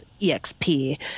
EXP